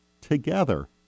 together